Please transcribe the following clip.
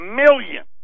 million